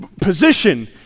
position